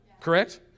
Correct